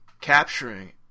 capturing